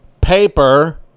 paper